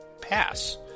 Pass